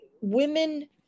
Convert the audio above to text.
women